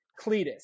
cletus